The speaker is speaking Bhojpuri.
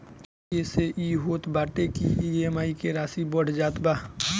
एसे इ होत बाटे की इ.एम.आई के राशी बढ़ जात बा